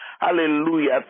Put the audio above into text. hallelujah